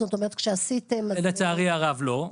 זאת אומרת, כשעשיתם --- לצערי הרב, לא.